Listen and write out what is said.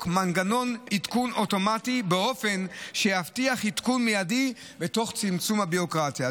מנגנון עדכון אוטומטי באופן שיבטיח עדכון מידי ותוך צמצום הביורוקרטיה.